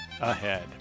ahead